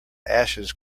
ashes